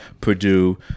Purdue